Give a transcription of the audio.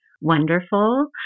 wonderful